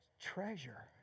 treasure